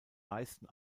meisten